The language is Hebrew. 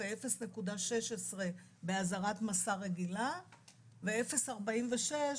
0.16% באזהרת מסע רגילה ו-0.46%